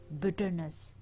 bitterness